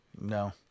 No